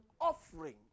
offering